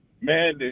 Man